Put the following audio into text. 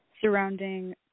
surrounding